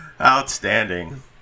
Outstanding